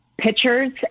pictures